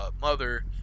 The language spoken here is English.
mother